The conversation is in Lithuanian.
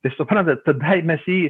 tai suprantat tada mes jį